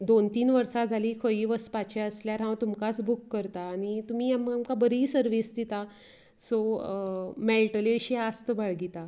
दोन तीन वर्सां जाली खंय वचपाचें आसल्यार हांव तुमकांच बूक करतां आनी तुमी आमकां बरी सर्वीस दितात सो मेळटली अशी आस्त बाळगितां